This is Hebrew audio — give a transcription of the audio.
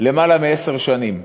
למעלה מעשר שנים.